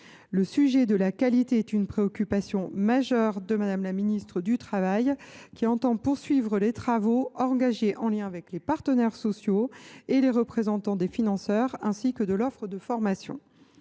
Le sujet de la qualité est une préoccupation majeure de Mme la ministre du travail et de l’emploi, qui entend poursuivre les travaux engagés en lien avec les partenaires sociaux et les représentants des financeurs ainsi que de l’offre de formation.